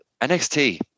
NXT